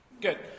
Good